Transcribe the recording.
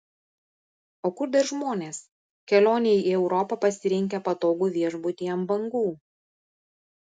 o kur dar žmonės kelionei į europą pasirinkę patogų viešbutį ant bangų